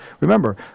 Remember